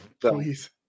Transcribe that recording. Please